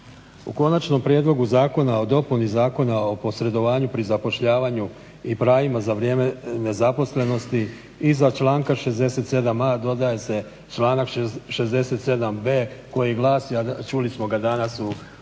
U Konačnom prijedlogu zakona o dopuni Zakona o posredovanju pri zapošljavanju i pravima za vrijeme nezaposlenosti iza članka 67.a dodaje se članak 67.b koji glasi, a čuli smo ga danas u